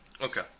Okay